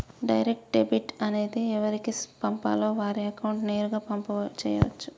direct debit అనేది ఎవరికి పంపాలో వారి అకౌంట్ నేరుగా పంపు చేయచ్చు